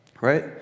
right